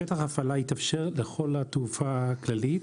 שטח הפעלה יתאפשר לכל התעופה הכללית.